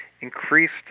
increased